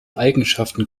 eigenschaften